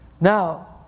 Now